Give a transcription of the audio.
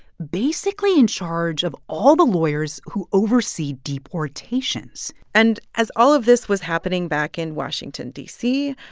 basically in charge of all the lawyers who oversee deportations and, as all of this was happening back in washington, d c,